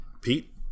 Pete